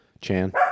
Chan